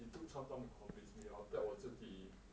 he took some time to convince me after that 我自己